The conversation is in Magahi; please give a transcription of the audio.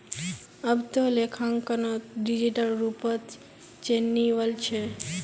अब त लेखांकनो डिजिटल रूपत चनइ वल छ